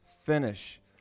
Finish